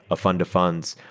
a fund of funds,